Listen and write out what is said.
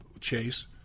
Chase